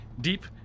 deep